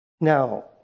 Now